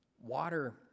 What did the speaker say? Water